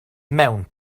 mewn